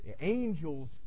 Angels